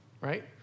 right